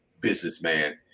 businessman